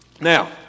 Now